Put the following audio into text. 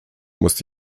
musste